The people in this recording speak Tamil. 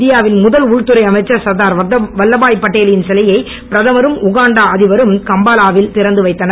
இந்தியாவின் முதல் உள்துறை அமைச்சர் சர்தார் வல்லப்பாய் பட்டேலின் சிலையை பிரதமரும் உகாண்டா அதிபரும் கம்பாலாவில் திறந்து வைத்தனர்